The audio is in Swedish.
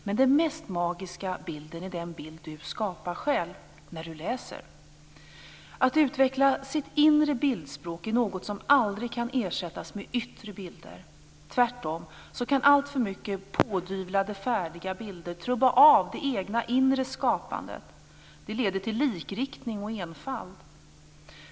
Men den mest magiska bilden är den bild du skapar själv när du läser. Att utveckla sitt inre bildspråk är något som aldrig kan ersättas med yttre bilder. Tvärtom kan alltför mycket pådyvlade färdiga bilder trubba av det egna inre skapandet. Det leder till likriktning och enfald.